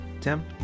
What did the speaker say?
Tim